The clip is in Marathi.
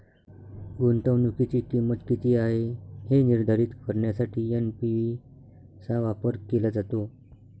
गुंतवणुकीची किंमत किती आहे हे निर्धारित करण्यासाठी एन.पी.वी चा वापर केला जातो